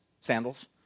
sandals